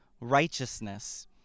righteousness